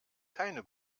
keine